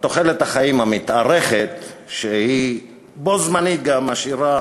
תוחלת החיים המתארכת שבו בזמן גם משאירה